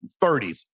30s